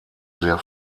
sehr